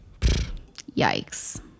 yikes